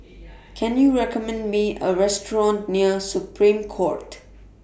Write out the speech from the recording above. Can YOU recommend Me A Restaurant near Supreme Court